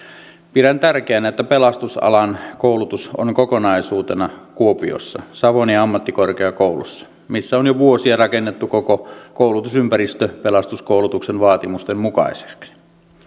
pidän tärkeänä että pelastusalan koulutus on kokonaisuutena kuopiossa savonia ammattikorkeakoulussa missä on jo vuosia rakennettu koko koulutusympäristö pelastuskoulutuksen vaatimusten mukaiseksi